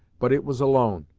but it was alone,